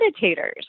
meditators